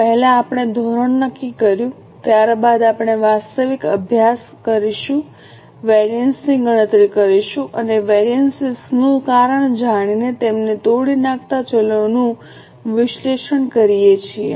પહેલા આપણે ધોરણ નક્કી કર્યું ત્યારબાદ આપણે વાસ્તવિક અભ્યાસ કરીશું વેરિઅન્સ ની ગણતરી કરીશું અને વેરિએન્સીસ નું કારણ જાણીને તેમને તોડી નાખતા ચલોનું વિશ્લેષણ કરીએ છીએ